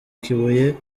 kibuye